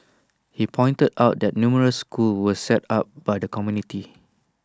he pointed out that numerous schools were set up by the community